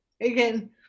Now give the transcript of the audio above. again